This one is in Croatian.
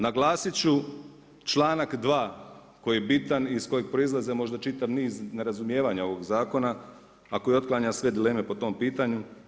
Naglasiti ću čl.2. koji je bitan i iz kojeg proizlaze možda čitav niz nerazumijevanja ovog zakona a koji otklanja sve dileme po to pitanju.